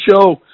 show